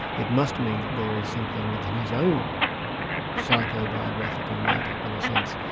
it must mean that there is something within his own psycho-biographical makeup, in a sense,